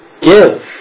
Give